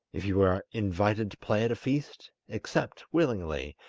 if you are invited to play at a feast, accept willingly,